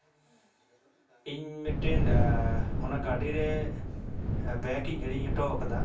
ᱤᱧ ᱢᱤᱫᱴᱤᱱ ᱚᱱᱟ ᱜᱟᱹᱰᱤ ᱨᱮ ᱵᱮᱜᱽ ᱤᱧ ᱦᱤᱲᱤᱧ ᱦᱚᱴᱚᱣᱟᱠᱟᱫᱟ